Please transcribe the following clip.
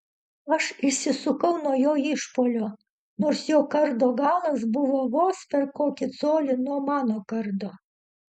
aš išsisukau nuo jo išpuolio nors jo kardo galas buvo vos per kokį colį nuo mano kardo